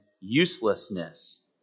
uselessness